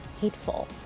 hateful